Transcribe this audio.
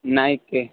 نائک کے